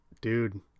dude